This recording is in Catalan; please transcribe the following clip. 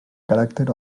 caràcter